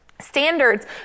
standards